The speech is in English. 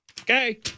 Okay